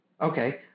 Okay